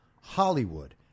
Hollywood